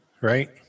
right